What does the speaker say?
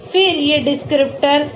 फिर ये डिस्क्रिप्टर हैं